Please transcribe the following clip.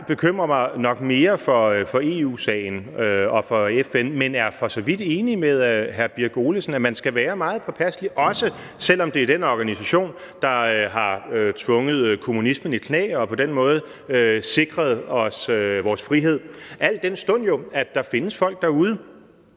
Jeg bekymrer mig nok mere for EU-sagen og for FN, men er for så vidt enig med hr. Ole Birk Olesen i, at man skal være meget påpasselig, også selv om det er den organisation, der har tvunget kommunismen i knæ og på den måde sikret os vores frihed, al den stund at der jo findes folk derude